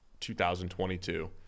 2022